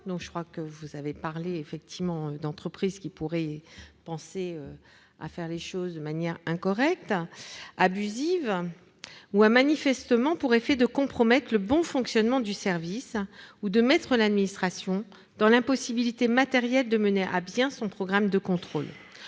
de mauvaise foi- vous avez parlé de ces entreprises qui pourraient tenter d'agir de manière incorrecte ou abusive -ou a manifestement pour effet de compromettre le bon fonctionnement du service ou de mettre l'administration dans l'impossibilité matérielle de mener à bien son programme de contrôle.